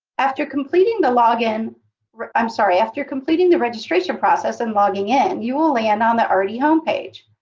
after completing the login i'm sorry after completing the registration process and logging in, you will land on the artie homepage.